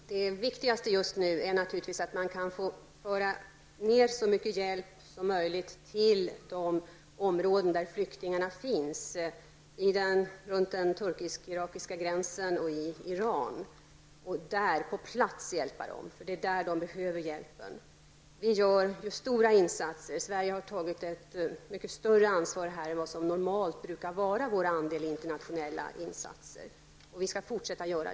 Herr talman! Det viktigaste just nu är naturligtvis att man kan transportera så mycket hjälp som möjligt till de områden kring den turkisk-irakiska gränsen och i Iran, där flyktingarna finns. Flyktingarna behöver hjälp på platsen. Vi gör stora insatser. Sverige har tagit mycket större ansvar än vad som normalt brukar komma på vår andel när det gäller internationella insatser, och det skall vi fortsätta med.